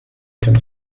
can